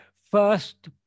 first